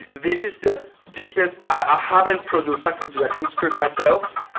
this is the deepest i haven't produced software jacking script myself,